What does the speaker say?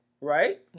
Right